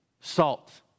Salt